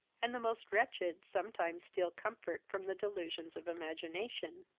and the most wretched sometimes steal comfort from the delusions of imagination.